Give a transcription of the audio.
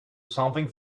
something